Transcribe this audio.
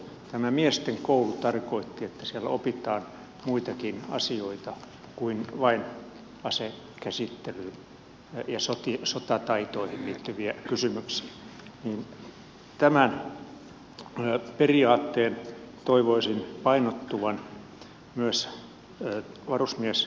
tämä miesten koulu tarkoitti että siellä opitaan muitakin asioita kuin vain aseenkäsittelyyn ja sotataitoihin liittyviä kysymyksiä ja tämän periaatteen toivoisin painottuvan myös varusmieskoulutuksessa